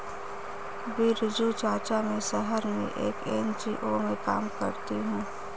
बिरजू चाचा, मैं शहर में एक एन.जी.ओ में काम करती हूं